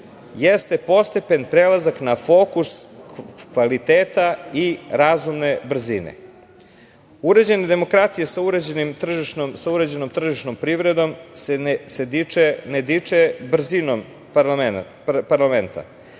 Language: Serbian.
jeste postepen prelazak na fokus kvaliteta i razumne brzine. Uređene demokratije sa uređenom tržišnom privredom se ne diče brzinom parlamenta,